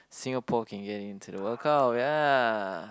Singapore can get into the World Cup ya